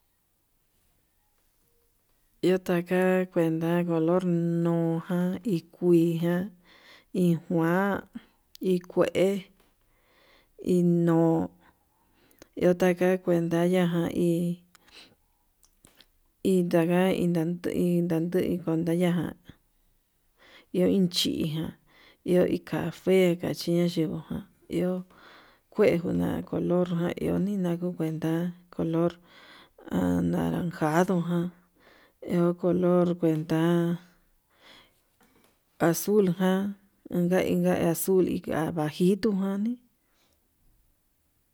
Iho kuenta taka color nuján hi kuii jan hi kuan, hi kue, hi no'o, iho taka kuenta yaka hí, itaka inan inanduu, ndei kuntaya ján iho iin chijan iho iin cafe naxhiuña chinguu iho kuejan uun color na'a iho ninagu ku kuenta, color anaranjando ján ehu color cuenta azul jan unka inka azul ir akajitu njani.